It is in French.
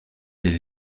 les